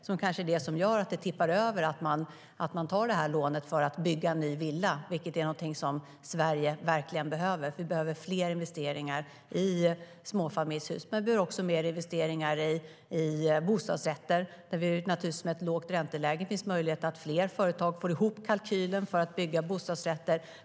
Det kanske gör att det tippar över och man tar lån för att bygga en ny villa. Det är något som Sverige verkligen behöver. Vi behöver fler investeringar i småhus men också i bostadsrätter. Ett lågt ränteläge gör det möjligt för fler företag att få ihop kalkylen och kunna bygga bostadsrätter.